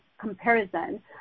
comparison